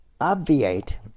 Obviate